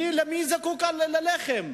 מי זקוק כאן ללחם?